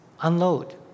unload